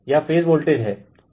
यह phase voltage हैं